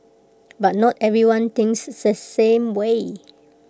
but not everyone thinks the same way